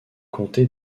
comté